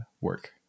work